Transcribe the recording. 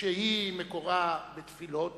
שמקורה בתפילות